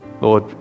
Lord